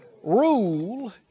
Rule